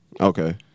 Okay